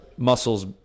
muscles